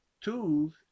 tools